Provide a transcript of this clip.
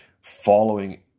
following